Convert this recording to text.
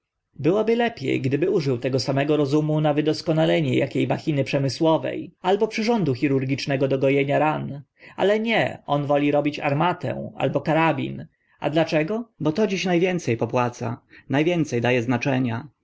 byłoby lepie gdyby użył tego samego rozumu na wydoskonalenie akie machiny przemysłowe albo przyrządu chirurgicznego do go enia ran ale nie on woli robić armatę albo karabin a dlaczego bo to dziś na więce popłaca na więce da e znaczenia